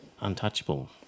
untouchable